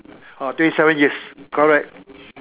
ah twenty seven years correct